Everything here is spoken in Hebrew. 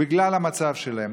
בגלל המצב שלהם.